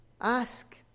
ask